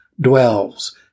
dwells